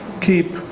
keep